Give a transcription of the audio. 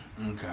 Okay